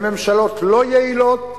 לממשלות לא יעילות,